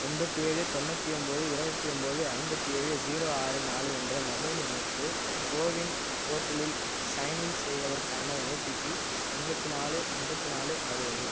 எண்பத்தி ஏழு தொண்ணூற்றி ஒம்போது இருபத்தி ஒம்போது ஐம்பத்தி ஏழு ஸீரோ ஆறு நாலு என்ற மொபைல் எண்ணுக்கு கோவின் போர்ட்டலில் சைன்இன் செய்வதற்கான ஓடிபி எண்பத்தி நாலு ஐம்பத்தி நாலு அறுபது